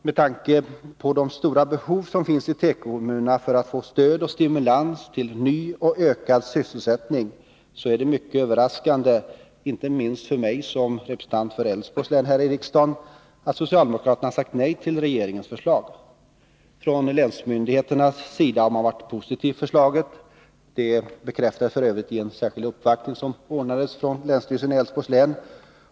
Med tanke på de stora behov som finns i tekokommunerna av stöd och stimulans till en ny och ökad sysselsättning är det mycket överraskande — inte minst för mig som representant för Älvsborgs län här i riksdagen — att socialdemokraterna har sagt nej till regeringens förslag. Från länsmyndigheternas sida har man varit positiv till förslaget. Det bekräftades för övrigt av en särskild uppvaktning från länsstyrelsen i Älvsborgs län.